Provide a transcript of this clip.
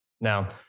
Now